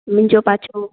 मुंहिंजो पाछो